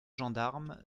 gendarme